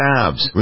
Tabs